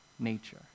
Nature